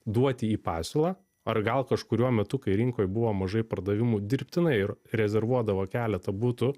duoti į pasiūlą ar gal kažkuriuo metu kai rinkoj buvo mažai pardavimų dirbtinai ir rezervuodavo keletą butų